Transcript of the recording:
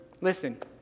Listen